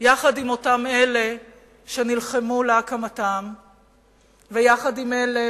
יחד עם אותם אלה שנלחמו להקמתה ויחד עם אלה